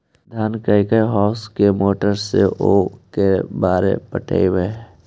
धान के के होंस के मोटर से औ के बार पटइबै?